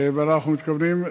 ואנחנו מתכוונים,